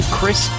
Chris